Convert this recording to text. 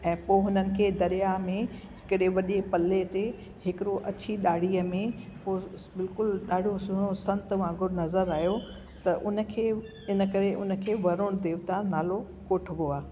ऐं पोइ उन्हनि खे दरिया में कहिड़े वॾे पले ते हिकिड़ो अछी दाड़ीअ में हो बिल्कुलु ॾाढो सुहिणो संत वांग़ुरु नजर आयो त उन खे इन करे उन खे वरूण देवता नालो कोठबो आहे